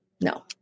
no